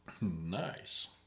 Nice